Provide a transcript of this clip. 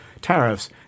tariffs